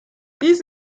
dies